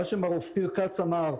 מה שמר אופיר כץ אמר,